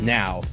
now